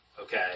Okay